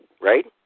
right